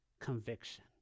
conviction